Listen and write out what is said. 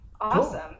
awesome